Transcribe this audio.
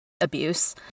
abuse